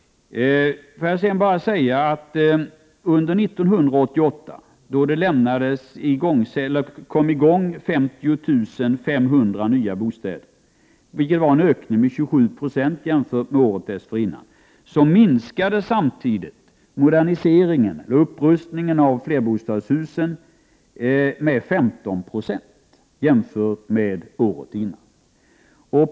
Under 1988, då arbetet med 50 500 nya bostäder sattes i gång, vilket var en ökning med 27 70 jämfört med året dessförinnan, minskade samtidigt moderniseringen och upprustningen av flerbostadshusen med 15 96 jämfört med året dessförinnan.